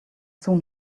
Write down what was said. soon